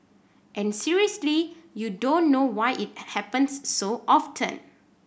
and seriously you don't know why it happens so often